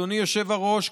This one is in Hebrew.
אדוני היושב-ראש,